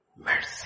Mercy